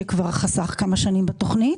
שכבר חסך כמה שנים בתכנית,